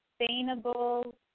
sustainable